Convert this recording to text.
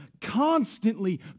constantly